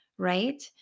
right